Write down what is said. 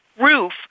roof